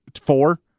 four